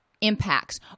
impacts